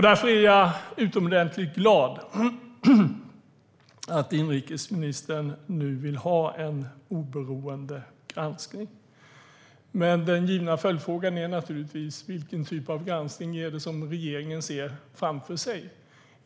Därför är jag utomordentligt glad över att inrikesministern nu vill ha en oberoende granskning. Men den givna följdfrågan är naturligtvis: Vilken typ av granskning är det som regeringen ser framför sig?